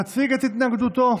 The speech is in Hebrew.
להציג את התנגדותו.